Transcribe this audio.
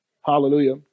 Hallelujah